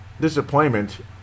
disappointment